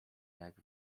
jak